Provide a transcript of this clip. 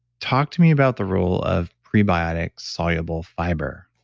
talk to me about the role of prebiotics soluble fiber